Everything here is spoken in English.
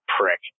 prick